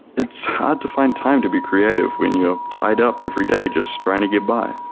it's hard to find time to be creative when you ah tied up every day just trying to get by,